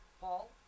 Paul